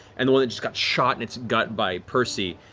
and the one that just got shot in its gut by percy.